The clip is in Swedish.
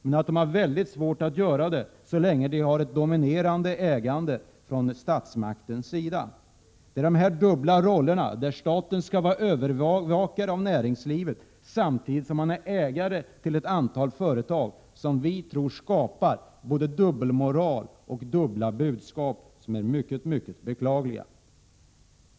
Företagen har emellertid mycket svårt att göra det så länge det finns ett dominerande ägarinflytande från statsmakternas sida. Det är en dubbelroll där staten skall vara övervakare av näringslivet samtidigt som den är ägare till ett antal företag. Vi tror att det är denna situation som skapar både dubbelmoral och dubbla budskap. Dessa effekter är mycket beklagliga.